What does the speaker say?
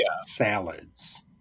salads